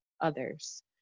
others